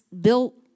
built